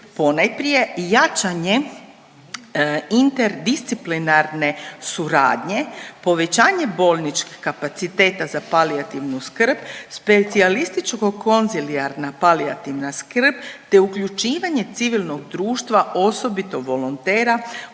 Ponajprije jačanje interdisciplinarne suradnje, povećanje bolničkih kapaciteta za palijativnu skrb, specijalističko-konzilijarna palijativna skrb, te uključivanje civilnog društva osobito volontera